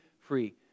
free